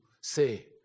say